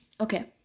okay